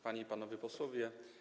Panie i Panowie Posłowie!